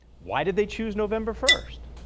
why did they choose november first?